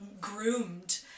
groomed